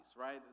right